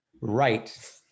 Right